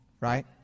right